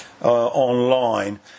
online